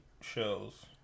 shows